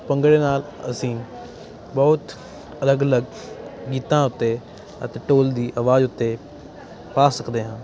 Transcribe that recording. ਭੰਗੜੇ ਨਾਲ ਅਸੀਂ ਬਹੁਤ ਅਲੱਗ ਅਲੱਗ ਗੀਤਾਂ ਉੱਤੇ ਅਤੇ ਢੋਲ ਦੀ ਆਵਾਜ਼ ਉੱਤੇ ਪਾ ਸਕਦੇ ਹਾਂ